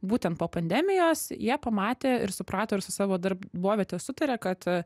būtent po pandemijos jie pamatė ir suprato ir su savo darboviete sutarė kad